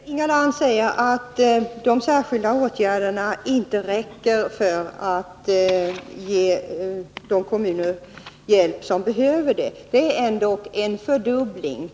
Fru talman! Inga Lantz säger att pengarna för särskilda åtgärder inte räcker för att ge de kommuner hjälp som behöver det. Det är ändock fråga om en fördubbling.